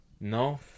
No